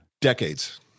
Decades